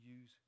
use